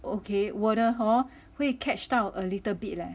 okay 我的 hor 会 catch 到 a little bit leh